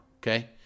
Okay